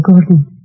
Gordon